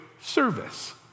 service